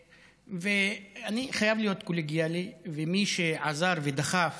ואני חייב להיות קולגיאלי: מי שעזר ודחף